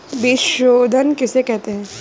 बीज शोधन किसे कहते हैं?